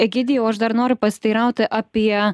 egidijau aš dar noriu pasiteiraut apie